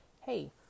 hey